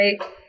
right